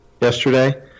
yesterday